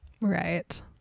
Right